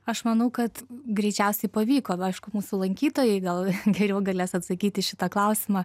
aš manau kad greičiausiai pavyko aišku mūsų lankytojai gal geriau galės atsakyti į šitą klausimą